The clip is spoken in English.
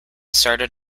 started